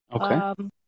Okay